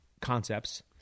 concepts